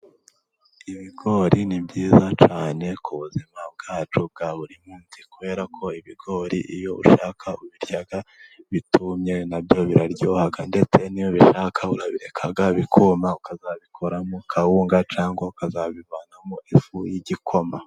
Ibigori ni byiza cyane ku buzima bwacu bwa buri munsi. Kubera ko ibigori iyo ushaka ubirya bitumye nabyo biraryohaha ndetse n'iyo ubishaka ateka igikoma ukazabikoramo kawunga cyangwa ukazabivanamo ifu y'igikoma.